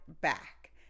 back